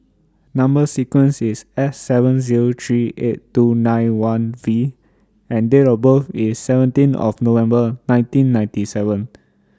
Number sequence IS S seven Zero three eight two nine one V and Date of birth IS seventeen of November nineteen ninety seven